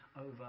over